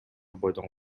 бойдон